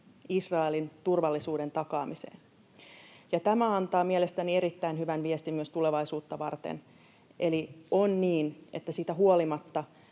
Israelin turvallisuuden takaamiseen. Tämä antaa mielestäni erittäin hyvän viestin myös tulevaisuutta varten, eli on niin, että siitä huolimatta,